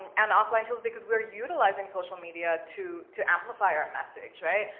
and offline tools, because we're utilizing social media to to amplify our message, right?